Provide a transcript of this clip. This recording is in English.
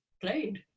played